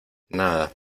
nada